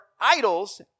idols